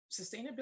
sustainability